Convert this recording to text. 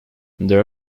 there